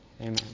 Amen